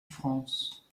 france